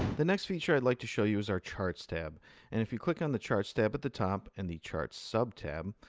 the next feature i'd like to show you is our charts tab and if you click on the charts tab at the top and the charts sub-tab,